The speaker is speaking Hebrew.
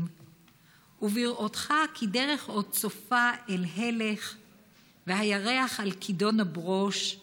// ובראותך כי דרך עוד צופה אל הלך / והירח על כידון הברוש /